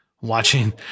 watching